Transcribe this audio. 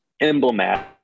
emblematic